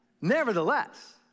Nevertheless